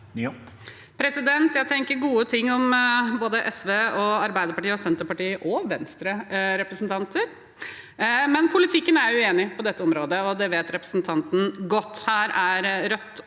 Jeg tenker gode ting om både SVs, Arbeiderpartiets og Senterpartiets – og Venstres – representanter, men politikken er jeg uenig i på dette området, og det vet representanten godt. Her er Rødt og